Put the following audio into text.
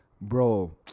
bro